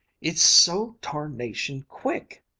it's so tarnation quick!